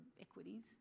equities